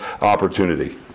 opportunity